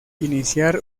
iniciar